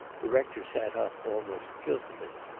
the rector sat up, almost guiltily.